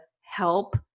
help